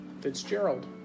Fitzgerald